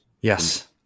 yes